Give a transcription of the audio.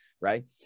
right